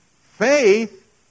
Faith